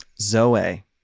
Zoe